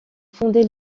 fondé